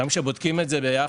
גם כשבודקים את זה ביחס